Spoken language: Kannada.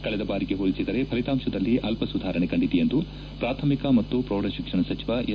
ಕಳೆದ ಬಾರಿಗೆ ಹೋಲಿಸಿದರೆ ಫಲಿತಾಂತದಲ್ಲಿ ಅಲ್ಪ ಸುಧಾರಣೆ ಕಂಡಿದೆ ಎಂದು ಪ್ರಾಥಮಿಕ ಮತ್ತು ಪ್ರೌಢ ಶಿಕ್ಷಣ ಸಚಿವ ಎಸ್